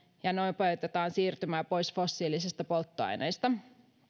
ja nopeutetaan siirtymää pois fossiilisista polttoaineista